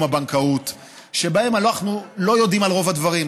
הבנקאות שבהן אנחנו לא יודעים על רוב הדברים.